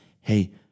hey